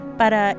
para